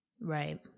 Right